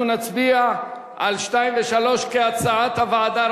נצביע על 2 ו-3 כהצעת הוועדה.